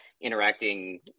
interacting